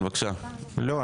לא,